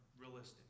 realistic